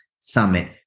Summit